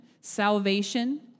salvation